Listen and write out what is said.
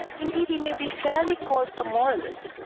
indeed he may be fairly called a moralist.